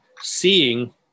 seeing